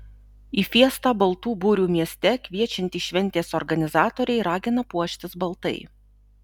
į fiestą baltų burių mieste kviečiantys šventės organizatoriai ragina puoštis baltai